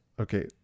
Okay